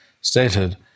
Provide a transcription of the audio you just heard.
stated